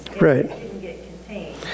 Right